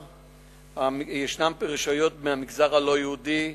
רשויות במגזר הלא-יהודי: